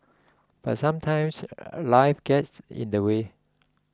but sometimes life gets in the way